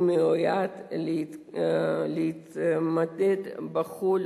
הוא מיועד להתמקד בחו"ל,